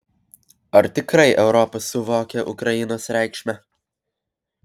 ar tikrai europa suvokia ukrainos reikšmę